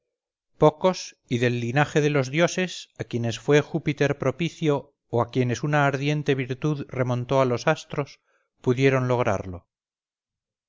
pocos y del linaje de los dioses a quienes fue júpiter propicio o a quienes una ardiente virtud remontó a los astros pudieron lograrlo